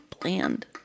bland